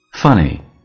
Funny